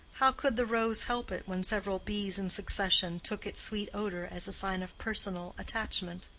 how could the rose help it when several bees in succession took its sweet odor as a sign of personal attachment?